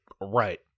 Right